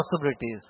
possibilities